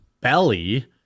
belly